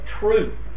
true